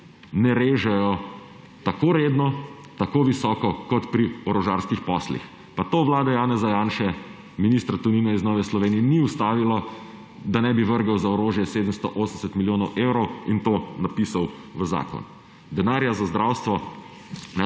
ne režejo tako redno, tako visoko kot pri orožarskih poslih, pa to vlado Janeza Janše, ministra Tonina iz Nove Slovenije ni ustavilo, da ne bi vrgel za orožje 780 milijonov evrov in to napisal v zakon. Denarja za zdravstvo